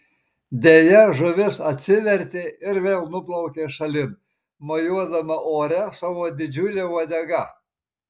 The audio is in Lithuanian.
deja žuvis atsivertė ir vėl nuplaukė šalin mojuodama ore savo didžiule uodega